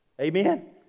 Amen